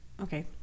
Okay